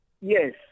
Yes